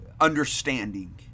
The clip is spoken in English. understanding